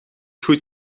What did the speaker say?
goed